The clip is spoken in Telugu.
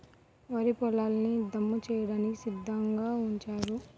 వరి పొలాల్ని దమ్ము చేయడానికి సిద్ధంగా ఉంచారు